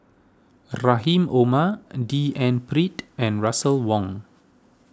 Rahim Omar D N Pritt and Russel Wong